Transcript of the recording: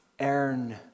earn